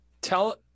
tell